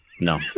No